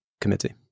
committee